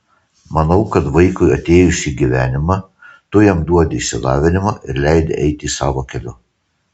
manau kad vaikui atėjus į gyvenimą tu jam duodi išsilavinimą ir leidi eiti savo keliu